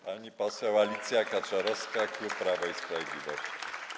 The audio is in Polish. Pani poseł Alicja Kaczorowska, klub Prawo i Sprawiedliwość.